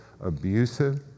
abusive